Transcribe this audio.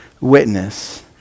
witness